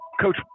Coach